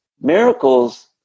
Miracles